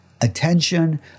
attention